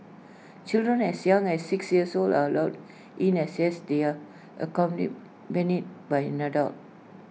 children as young as six years old are allowed in as this they are accompanied many by an adult